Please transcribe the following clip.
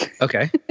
Okay